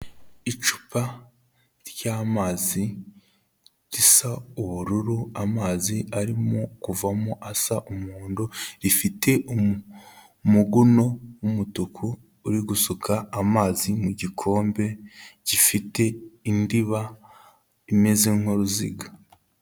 Icupa ry'amazi risa ubururu, amazi arimo kuvamo asa umuhondo, rifite umuguno w'umutuku uri gusuka amazi mu gikombe gifite indiba imeze nk'uruziga.